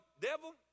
devil